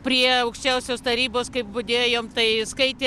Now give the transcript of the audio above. prie aukščiausios tarybos kaip budėjom tai skaitė